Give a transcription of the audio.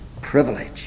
privilege